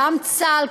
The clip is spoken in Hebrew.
גם צה"ל,